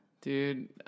Dude